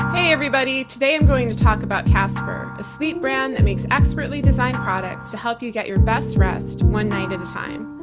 hey everybody, today i'm going to talk about casper, a sweet brand that makes expertly designed products to help you get your best rest one night at a time.